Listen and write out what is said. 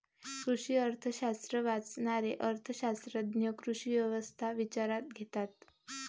कृषी अर्थशास्त्र वाचणारे अर्थ शास्त्रज्ञ कृषी व्यवस्था विचारात घेतात